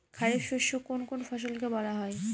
খারিফ শস্য কোন কোন ফসলকে বলা হয়?